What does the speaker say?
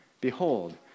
behold